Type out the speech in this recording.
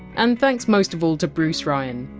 and thanks most of all to bruce ryan,